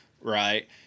Right